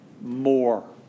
more